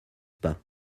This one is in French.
pas